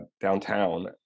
downtown